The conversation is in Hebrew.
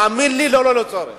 תאמין לי, ללא צורך,